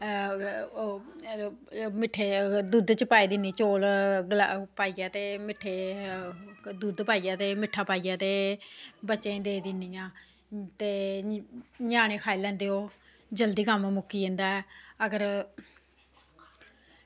मिट्ठे दुद्ध च पाई दिन्नी चौल पाइयै ते मिट्ठे दुद्ध पाइयै ते मिट्ठा पाइयै बच्चें गी देई दिन्नी आं ते ञ्यानें खाई लैंदे ओह् जल्दी कम्म मुक्की जंदा अगर